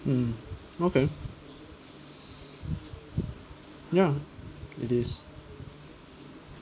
mm okay ya it is